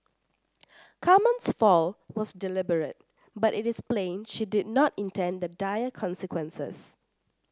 Carmen's fall was deliberate but it is plain she did not intend the dire consequences